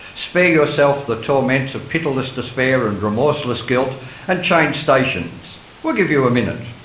spare yourself the torments of pitiless despair and remorseless guilt and change stations. we'll give you a minute.